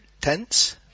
tense